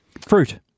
Fruit